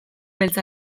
beltz